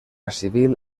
civil